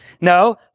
No